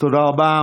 תודה רבה.